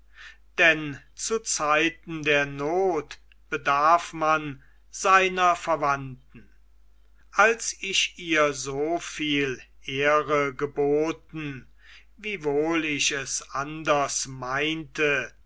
denn zu zeiten der not bedarf man seiner verwandten als ich ihr soviel ehre geboten wiewohl ich es anders meinte